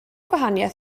gwahaniaeth